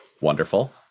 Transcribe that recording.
Wonderful